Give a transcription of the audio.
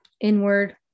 inward